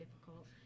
difficult